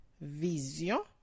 Vision